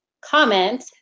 comment